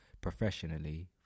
professionally